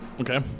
Okay